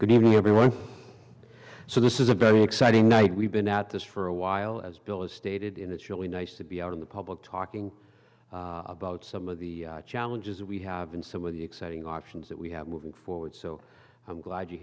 good evening everyone so this is a very exciting night we've been at this for a while as bill is stated it's really nice to be out in the public talking about some of the challenges we have and some of the exciting options that we have moving forward so i'm glad you're